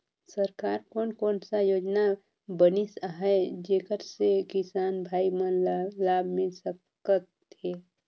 सरकार कोन कोन सा योजना बनिस आहाय जेकर से किसान भाई मन ला लाभ मिल सकथ हे?